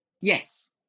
Yes